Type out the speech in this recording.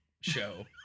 show